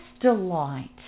delight